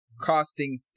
costing